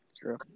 true